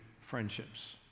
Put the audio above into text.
friendships